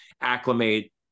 acclimate